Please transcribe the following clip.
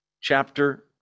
chapter